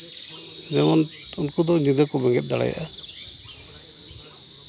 ᱡᱮᱢᱚᱱ ᱩᱱᱠᱩ ᱫᱚ ᱧᱤᱫᱟᱹ ᱠᱚ ᱵᱮᱸᱜᱮᱫ ᱫᱟᱲᱮᱭᱟᱜᱼᱟ